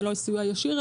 זה לא סיוע ישיר,